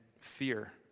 fear